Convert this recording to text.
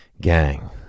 gang